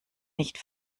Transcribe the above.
nicht